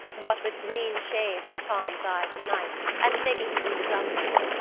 what with green shades for tom's eyes at night and making him do the dumb-bells,